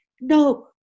No